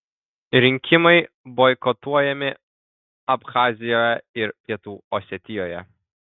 rinkimai boikotuojami abchazijoje ir pietų osetijoje